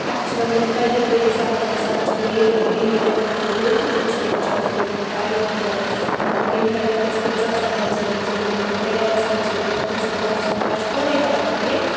اسہِ چھِ وۄنۍ ییٚلہِ تجرُبہٕ اِنسانس گژھان چھُ ڈیلی ڈیلی اتیتھ یہِ گوٚو تمہِ سۭتۍ چھُ روٗدمُت ٹایم تہِ یاد یِمن کمہِ ٹایم وٕنکٮ۪س کٔژ آسن بجٲیمژٕ ییلہِ یِمن بیل گژھان چھِ یِمن کٔژ کلاس چھِ اسہِ چھِ پانے تران فِکرِ